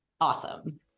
awesome